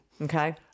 Okay